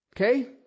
Okay